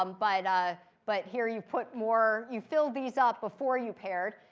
um but ah but here you put more you filled these up before you paired.